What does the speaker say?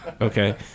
Okay